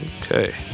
okay